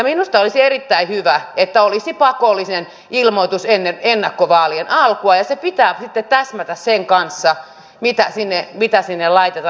minusta olisi erittäin hyvä että olisi pakollinen ilmoitus ennen ennakkovaalien alkua ja sen pitää sitten täsmätä sen kanssa mitä sinne laitetaan